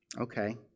okay